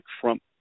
Trump